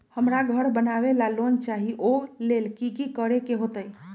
हमरा घर बनाबे ला लोन चाहि ओ लेल की की करे के होतई?